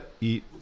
eat